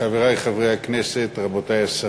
חברי חברי הכנסת, רבותי השרים,